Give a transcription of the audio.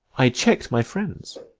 i check'd my friends.